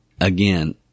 again